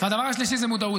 והדבר השלישי זה מודעות.